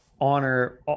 honor